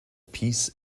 peace